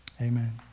amen